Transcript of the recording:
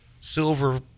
silver